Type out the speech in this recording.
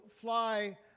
fly